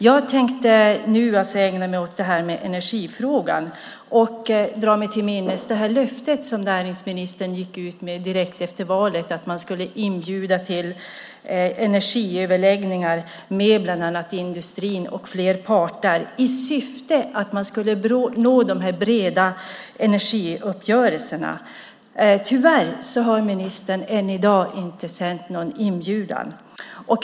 Jag tänker nu ägna mig åt energifrågan och drar mig till minnes det löfte som näringsministern gick ut med direkt efter valet, att man skulle inbjuda till energiöverläggningar med bland annat industrin och fler parter, i syfte att man skulle nå de här breda energiuppgörelserna. Tyvärr har ministern än i dag inte sänt någon inbjudan.